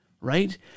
right